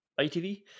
ITV